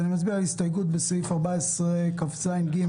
אני מצביע על ההסתייגות בסעיף 14כז(ג),